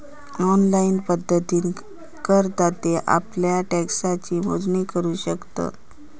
online पद्धतीन करदाते आप्ल्या टॅक्सची मोजणी करू शकतत